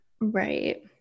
right